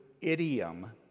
idiom